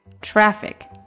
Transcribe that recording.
Traffic